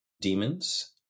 demons